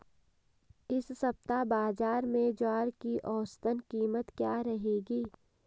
इस सप्ताह बाज़ार में ज्वार की औसतन कीमत क्या रहेगी?